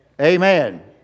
Amen